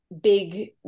big